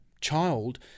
child